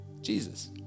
jesus